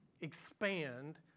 expand